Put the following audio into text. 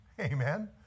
Amen